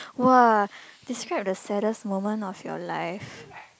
!wah! describe the saddest moment of your life